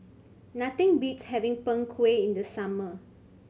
nothing beats having Png Kueh in the summer